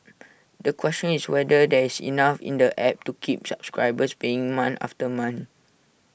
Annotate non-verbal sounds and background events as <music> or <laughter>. <noise> the question is whether there is enough in the app to keep subscribers paying month after month